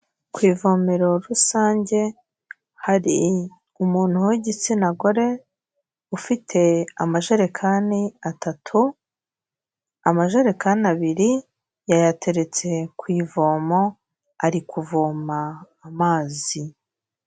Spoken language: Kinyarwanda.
Ku ivomero rusange hari umuntu w'igitsina gore ufite amajerekani atatu, amajerekani abiri yayateretse ku ivomo ari kuvoma amazi.